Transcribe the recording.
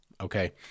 Okay